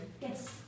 Yes